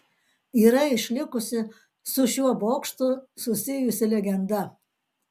yra išlikusi su šiuo bokštu susijusi legenda